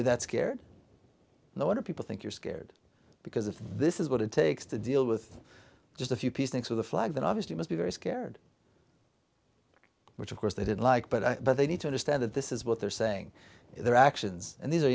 you that scared no wonder people think you're scared because if this is what it takes to deal with just a few peaceniks of the flag then obviously must be very scared which of course they didn't like but i but they need to understand that this is what they're saying their actions and these are